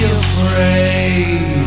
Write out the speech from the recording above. afraid